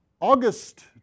August